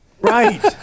right